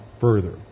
further